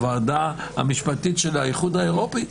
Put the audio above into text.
הוועדה המשפטית של האיחוד האירופי,